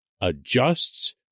adjusts